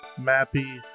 Mappy